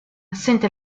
sente